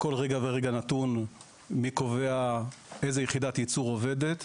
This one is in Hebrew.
בכל רגע ורגע נתון מי קובע איזו יחידת ייצור עובדת,